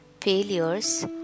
failures